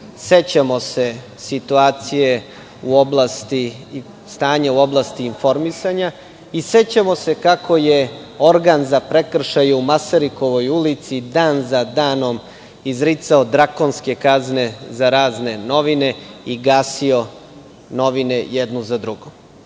Sećamo se situacije stanja u oblasti informisanja i sećamo se kako je organ za prekršaje u Masarikovoj ulici dan za danom izricao drakonske kazne za razne novine i gasio novine jednu za drugom.